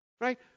Right